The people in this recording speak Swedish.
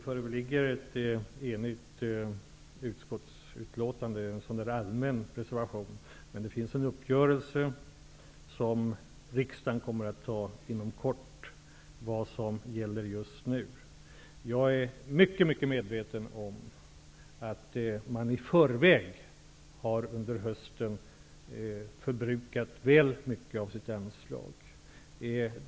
Fru talman! Det finns en uppgörelse som riksdagen kommer att anta inom kort, enligt vad som gäller just nu. Jag är mycket medveten om att man i förväg under hösten har förbrukat väl mycket av anslagen.